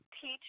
teach